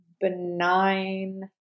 benign